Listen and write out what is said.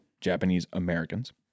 Japanese-Americans